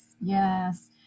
Yes